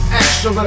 extra